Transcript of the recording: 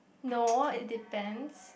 no it depends